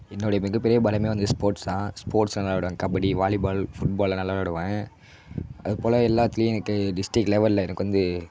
என்னுடைய மிகப்பெரிய பலமே வந்து ஸ்போர்ட்ஸ் தான் ஸ்போர்ட்ஸ் நல்லா விளையாடுவேன் kabaddi volleyball football நல்லா விளையாடுவேன் அதுபோல் எல்லாத்துலேயும் எனக்கு டிஸ்ட்ரிக் லெவலில் எனக்கு வந்து